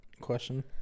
question